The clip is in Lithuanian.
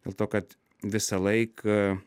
dėl to kad visą laiką